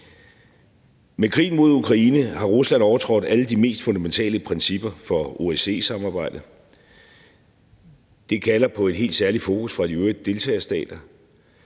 Med krigen mod Ukraine har Rusland overtrådt alle de mest fundamentale principper for OSCE-samarbejdet. Det kalder på et helt særligt fokus fra de øvrige deltagerstater.